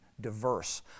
diverse